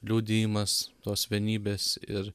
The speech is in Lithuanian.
liudijimas tos vienybės ir